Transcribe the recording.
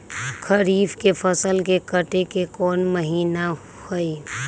खरीफ के फसल के कटे के कोंन महिना हई?